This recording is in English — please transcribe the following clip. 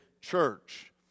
church